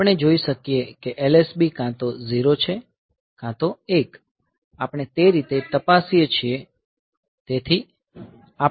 આપણે જોઈ શકીએ કે LSB કાં તો 0 છે કે 1 આપણે તે રીતે તપાસીએ છીએ